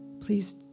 Please